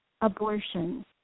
abortion